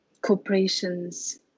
corporations